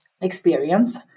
experience